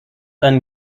einen